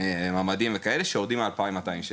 חדרי ממ"ד וכאלה שהמחיר שלהם יורד מ-2,200 ₪,